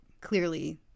clearly